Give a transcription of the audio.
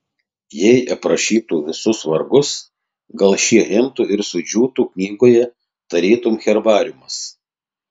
jei aprašytų visus vargus gal šie imtų ir sudžiūtų knygoje tarytum herbariumas